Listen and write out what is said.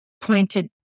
pointed